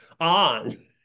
on